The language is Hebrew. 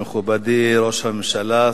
מכובדי ראש הממשלה,